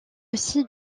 aussi